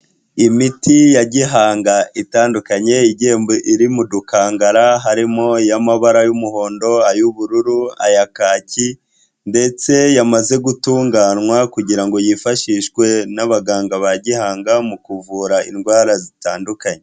Imiti ya gihanga itandukanye, igiye iri mu dukangara, harimo iy'amabara y'umuhondo, ay'ubururu, aya kaki, ndetse yamaze gutunganywa kugira ngo yifashishwe n'abaganga ba gihanga mu kuvura indwara zitandukanye.